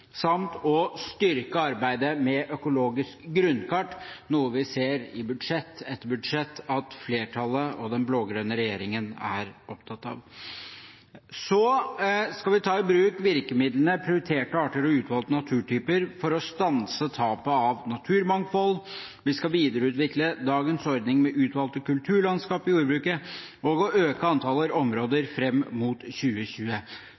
styrke arbeidet med økologiske grunnkart – noe vi ser i budsjett etter budsjett at flertallet og den blå-grønne regjeringen er opptatt av. Så skal vi ta i bruk virkemidlene prioriterte arter og utvalgte naturtyper for å stanse tapet av naturmangfold. Vi skal videreutvikle dagens ordning med utvalgte kulturlandskap i jordbruket og øke antallet områder fram mot 2020.